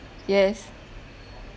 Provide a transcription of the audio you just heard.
yes